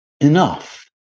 enough